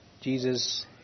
Jesus